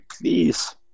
please